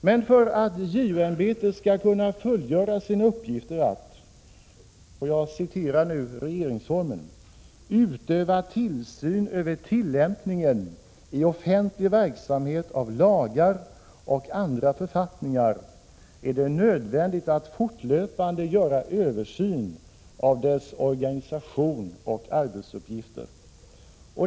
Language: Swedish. Men för att JO-ämbetet skall kunna fullgöra sina uppgifter att, för att citera regeringsformen, ”utöva tillsyn över tillämpningen i offentlig verksamhet av lagar och andra författningar” är det nödvändigt att fortlöpande göra översyn av dess organisation och arbetsuppgifter.